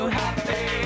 happy